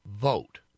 vote